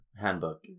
handbook